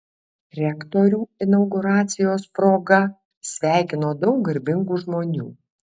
rektorių inauguracijos proga sveikino daug garbingų žmonių